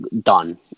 done